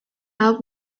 out